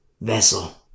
vessel